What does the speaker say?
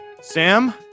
Sam